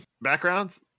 backgrounds